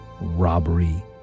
robbery